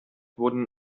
wurden